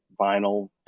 vinyl